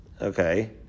Okay